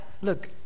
look